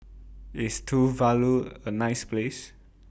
IS Tuvalu A nice Place